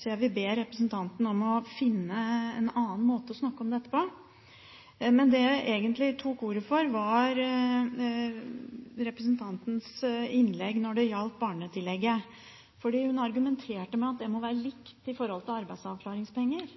Så jeg vil be representanten om å finne en annen måte å snakke om dette på. Det jeg egentlig tok ordet for, var representantens innlegg når det gjaldt barnetillegget, fordi hun argumenterte med at det må være likt i forhold til arbeidsavklaringspenger.